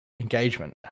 engagement